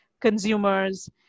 consumers